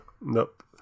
nope